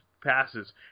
passes